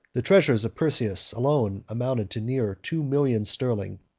the treasures of perseus alone amounted to near two millions sterling,